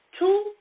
two